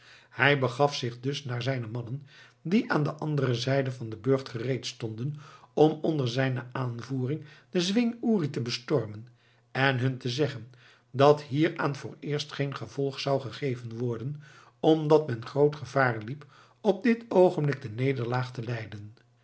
hij begaf zich dus naar zijne mannen die aan de andere zijde van den burcht gereed stonden om onder zijne aanvoering den zwing uri te bestormen en hun te zeggen dat hieraan vooreerst geen gevolg zou gegeven worden omdat men groot gevaar liep op dit oogenblik de nederlaag te lijden